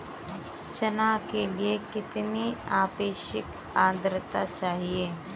चना के लिए कितनी आपेक्षिक आद्रता चाहिए?